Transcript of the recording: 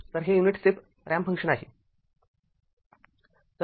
तर हे unit step ramp function आहे